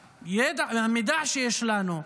ומהמידע שיש לנו,